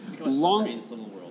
long